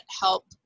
help